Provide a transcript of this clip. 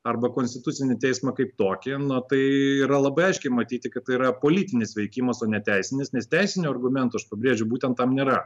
arba konstitucinį teismą kaip tokį na tai yra labai aiškiai matyti kad tai yra politinis veikimas o ne teisinis nes teisinių argumentų aš pabrėžiu būtent tam nėra